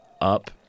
up